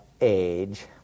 age